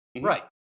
Right